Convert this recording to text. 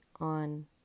on